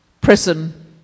prison